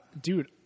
Dude